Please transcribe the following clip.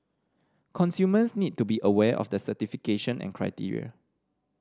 consumers need to be aware of the certification and criteria